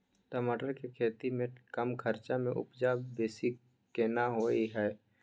टमाटर के खेती में कम खर्च में उपजा बेसी केना होय है?